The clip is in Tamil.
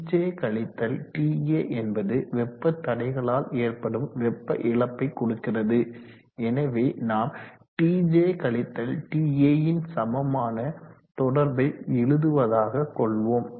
Tj Ta என்பது வெப்ப தடைகளால் ஏற்படும் வெப்ப இழப்பை கொடுக்கிறது எனவே நாம் Tj கழித்தல் Ta ன் சமமான தொடர்பை எழுதுவதாக கொள்வோம்